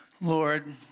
Lord